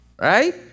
Right